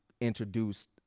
introduced